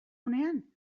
unean